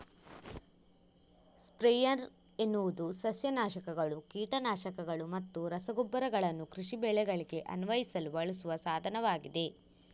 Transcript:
sprayer ಎನ್ನುವುದು ಸಸ್ಯ ನಾಶಕಗಳು, ಕೀಟ ನಾಶಕಗಳು ಮತ್ತು ರಸಗೊಬ್ಬರಗಳನ್ನು ಕೃಷಿ ಬೆಳೆಗಳಿಗೆ ಅನ್ವಯಿಸಲು ಬಳಸುವ ಸಾಧನವಾಗಿದೆ